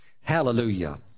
hallelujah